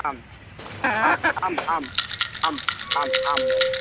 आम् आम् आम् आम् आम् आम् महोदय